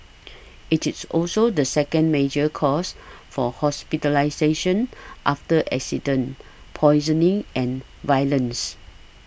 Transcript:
it is also the second major cause for hospitalisation after accidents poisoning and violence